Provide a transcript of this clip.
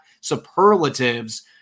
superlatives